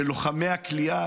של לוחמי הכליאה,